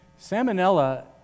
Salmonella